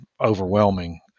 overwhelming